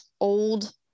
old